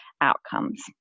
outcomes